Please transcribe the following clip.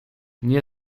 nie